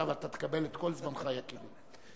השר איתן לא היה פה קודם ואנחנו חוזרים פעם נוספת.